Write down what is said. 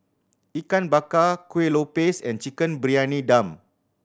Ikan Bakar Kueh Lopes and Chicken Briyani Dum